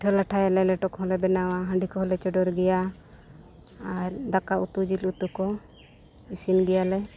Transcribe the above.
ᱯᱤᱴᱷᱟᱹ ᱞᱟᱴᱷᱟᱭᱟᱞᱮ ᱞᱮᱴᱚ ᱠᱚᱞᱮ ᱵᱮᱱᱟᱣᱟ ᱦᱟᱺᱰᱤ ᱠᱚᱦᱚᱸ ᱞᱮ ᱪᱚᱰᱚᱨ ᱜᱮᱭᱟ ᱟᱨ ᱫᱟᱠᱟ ᱩᱛᱩ ᱡᱤᱞ ᱩᱛᱩ ᱠᱚ ᱤᱥᱤᱱ ᱜᱮᱭᱟᱞᱮ